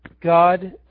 God